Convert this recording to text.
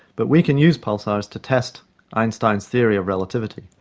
but we can use pulsars to test einstein's theory of relativity.